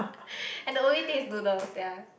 and the only thing is noodles ya